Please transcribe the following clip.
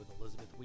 Elizabeth